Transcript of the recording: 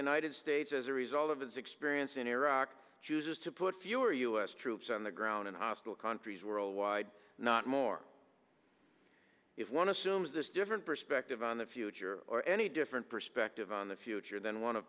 united states as a result of his experience in iraq chooses to put fewer u s troops on the ground in hostile countries worldwide not more if one assumes this different perspective on the future or any different perspective on the future than